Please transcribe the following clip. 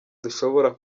dushobora